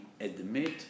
admit